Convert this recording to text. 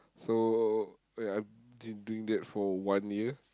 so ya I've been doing that for one year